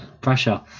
Pressure